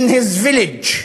in his village,